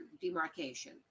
demarcation